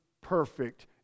perfect